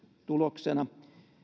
tuloksena